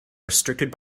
restricted